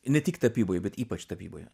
ne tik tapyboj bet ypač tapyboje